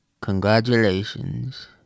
Congratulations